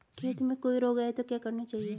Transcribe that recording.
खेत में कोई रोग आये तो क्या करना चाहिए?